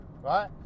right